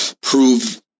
prove